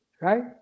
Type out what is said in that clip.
right